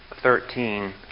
thirteen